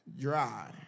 dry